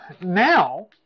Now